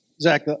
Zach